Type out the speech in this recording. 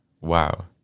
Wow